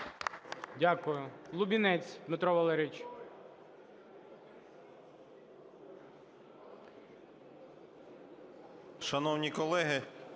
Дякую. Лубінець Дмитро Валерійович.